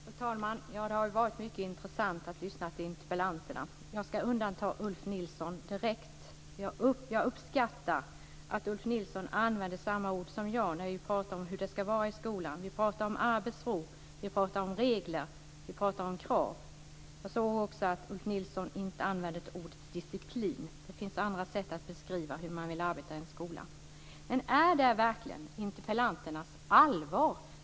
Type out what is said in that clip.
Fru talman! Det har varit mycket intressant att lyssna till interpellanterna. Jag vill direkt undanta Ulf Nilsson. Jag uppskattar att Ulf Nilsson använder samma ord som jag när vi talar om hur det ska vara i skolan. Vi talar om arbetsro, regler och krav. Jag noterade också att Ulf Nilsson inte använde ordet disciplin. Det finns andra sätt att beskriva hur man vill arbeta i en skola. Det som ni tar upp nu, är det verkligen ert allvar?